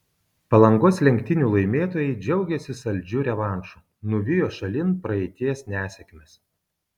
palangos lenktynių laimėtojai džiaugiasi saldžiu revanšu nuvijo šalin praeities nesėkmes